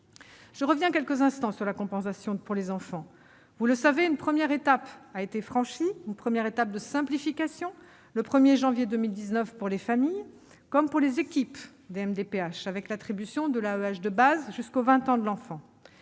Je reviens quelques instants sur la compensation pour les enfants. Vous le savez, une première étape de simplification a été franchie le 1janvier 2019 pour les familles comme pour les équipes des MDPH avec l'attribution de l'AEEH de base jusqu'aux 20 ans de l'enfant,